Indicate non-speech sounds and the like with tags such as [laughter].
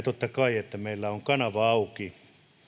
[unintelligible] totta kai että meillä on kanava auki